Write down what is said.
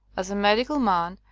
as a medi cal man,